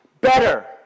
better